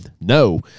no